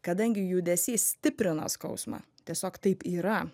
kadangi judesys stiprina skausmą tiesiog taip yra